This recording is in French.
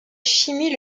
chimie